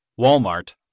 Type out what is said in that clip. Walmart